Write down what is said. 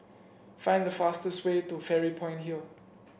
find the fastest way to Fairy Point Hill